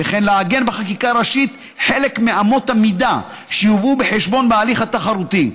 וכן לעגן בחקיקה ראשית חלק מאמות המידה שיובאו בחשבון בהליך התחרותי: